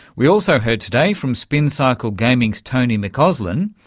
we also heard today from spincycle gaming's tony mcauslan,